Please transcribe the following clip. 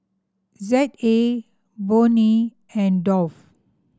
Z A Burnie and Dove